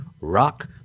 rock